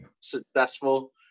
Successful